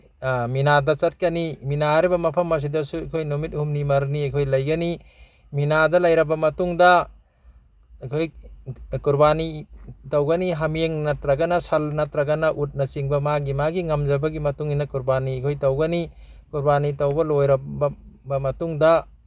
ꯃꯤꯅꯥꯇ ꯆꯠꯀꯅꯤ ꯃꯤꯅꯥ ꯍꯥꯏꯔꯤꯕ ꯃꯐꯝ ꯑꯁꯤꯗꯁꯨ ꯑꯩꯈꯣꯏ ꯅꯨꯃꯤꯠ ꯍꯨꯝꯅꯤ ꯃꯔꯤꯅꯤ ꯑꯩꯈꯣꯏ ꯂꯩꯒꯅꯤ ꯃꯤꯅꯥꯗ ꯂꯩꯔꯕ ꯃꯇꯨꯡꯗ ꯑꯩꯈꯣꯏ ꯀꯨꯔꯕꯥꯅꯤ ꯇꯧꯒꯅꯤ ꯍꯥꯃꯦꯡ ꯅꯠꯇ꯭ꯔꯒꯅ ꯁꯟ ꯅꯠꯇ꯭ꯔꯒꯅ ꯎꯠꯅꯆꯤꯡꯕ ꯃꯥꯒꯤ ꯃꯥꯒꯤ ꯉꯝꯖꯕꯒꯤ ꯃꯇꯨꯡꯏꯟꯅ ꯀꯨꯔꯕꯥꯅꯤ ꯑꯩꯈꯣꯏ ꯇꯧꯒꯅꯤ ꯀꯨꯔꯕꯥꯅꯤ ꯇꯧꯕ ꯂꯣꯏꯔꯕ ꯃꯇꯨꯡꯗ